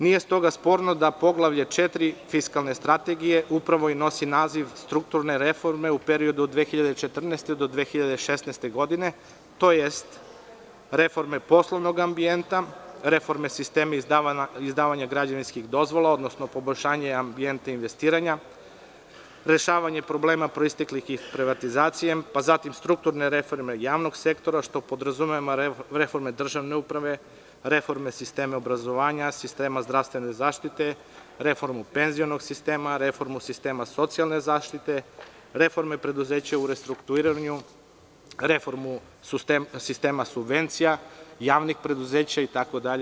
Nije stoga sporno da poglavlje 4. fiskalne strategije upravo i nosi naziv – strukturne reforme u periodu od 2014. do 2016. godine, tj. reforme poslovnog ambijenta, reforme sistema izdavanja građevinskih dozvola, odnosno poboljšanje ambijenta investiranja, rešavanje problema proisteklih privatizacijom, pa zatim strukturne reforme javnog sektora, što podrazumeva reforme državne uprave, reforme sistema obrazovanja, sistema zdravstvene zaštite, reformu penzionog sistema, reformu sistema socijalne zaštite, reforme preduzeća u restrukturiranju, reformu sistema subvencija, javnih preduzeća itd.